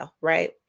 Right